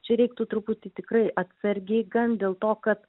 čia reiktų truputį tikrai atsargiai gan dėl to kad